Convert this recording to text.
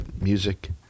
music